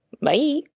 Bye